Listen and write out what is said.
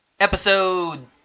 Episode